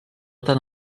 tant